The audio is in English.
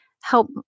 help